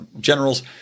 generals